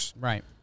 Right